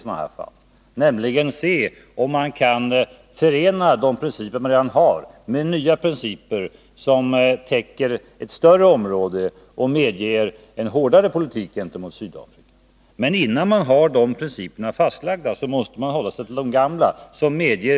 Det är ett sätt att se om man kan förena de principer man redan har, med tillägg som medger en hårdare politik gentemot Sydafrika. Men innan man har dessa principer fastlagda måste man hålla sig till de gamla.